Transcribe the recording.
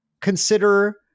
consider